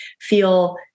feel